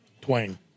Twain